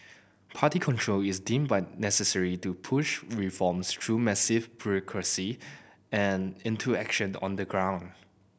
party control is deemed by necessary to push reforms through massive bureaucracy and into action on the ground